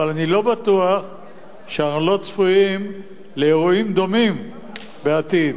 אבל אני לא בטוח שאנחנו לא צפויים לאירועים דומים בעתיד.